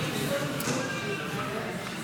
אם כן, 21 בעד,